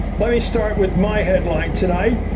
let me start with my headline tonight.